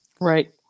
Right